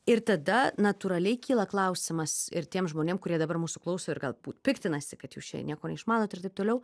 ir tada natūraliai kyla klausimas ir tiem žmonėm kurie dabar mūsų klauso ir galbūt piktinasi kad jūs čia nieko neišmanot ir taip toliau